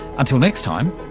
until next time,